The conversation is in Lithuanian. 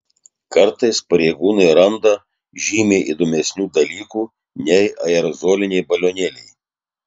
kartais pareigūnai randa žymiai įdomesnių dalykų nei aerozoliniai balionėliai